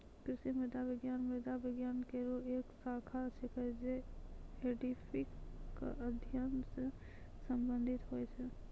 कृषि मृदा विज्ञान मृदा विज्ञान केरो एक शाखा छिकै, जे एडेफिक क अध्ययन सें संबंधित होय छै